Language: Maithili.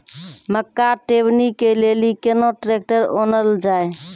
मक्का टेबनी के लेली केना ट्रैक्टर ओनल जाय?